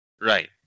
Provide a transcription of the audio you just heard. Right